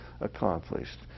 accomplished